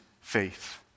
faith